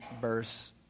verse